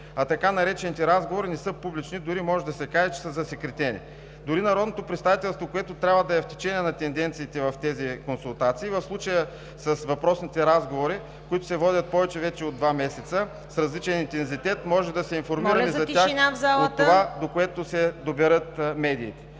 А така наречените разговори не са публични, дори може да се каже, че са засекретени. Дори народното представителство, което трябва да е в течение на тенденциите в тези консултации, в случая с въпросните разговори, които се водят вече повече от два месеца с различен интензитет, може да се информираме за тях… ПРЕДСЕДАТЕЛ ЦВЕТА